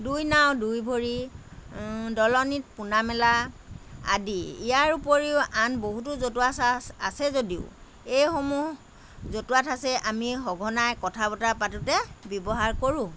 দুই নাও দুই ভৰি দলনিত পোনা মেলা আদি ইয়াৰ উপৰিও আন বহুতো জতুৱা ঠাঁছ আছে যদিও এইসমূহ জতুৱা ঠাঁছেই আমি সঘনাই কথা বতৰা পাতোঁতে ব্যৱহাৰ কৰোঁ